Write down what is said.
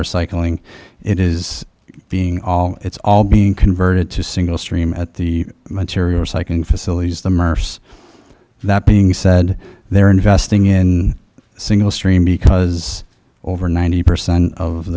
recycling it is being all it's all being converted to single stream at the material second facilities the murders that being said they're investing in a single stream because over ninety percent of